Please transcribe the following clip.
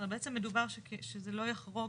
מדובר שזה לא יחרוג,